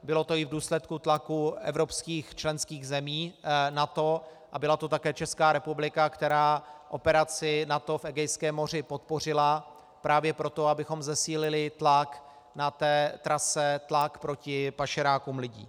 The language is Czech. Bylo to i v důsledku tlaku evropských členských zemí NATO a byla to také Česká republika, která operaci NATO v Egejském moři podpořila právě proto, abychom zesílili tlak na té trase, tlak proti pašerákům lidí.